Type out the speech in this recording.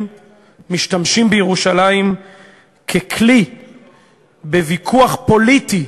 בעוד אחרים משתמשים בירושלים ככלי בוויכוח פוליטי,